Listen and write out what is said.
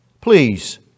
Please